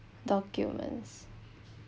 documents